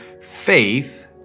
faith